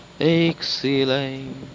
excellent